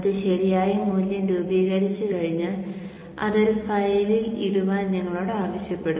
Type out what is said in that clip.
അത് ശരിയായ മൂല്യം രൂപീകരിച്ചുകഴിഞ്ഞാൽ അത് ഒരു ഫയലിൽ ഇടുവാൻ നിങ്ങളോട് ആവശ്യപ്പെടും